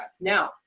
Now